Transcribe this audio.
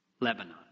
Lebanon